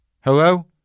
Hello